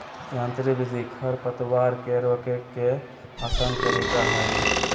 यांत्रिक विधि खरपतवार के रोके के आसन तरीका हइ